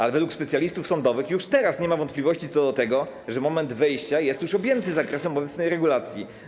Ale według specjalistów sądowych już teraz nie ma wątpliwości co do tego, że moment wejścia jest objęty zakresem obecnej regulacji.